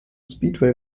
speedway